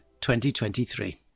2023